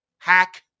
Hack